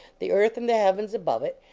the earth and the heavens above it,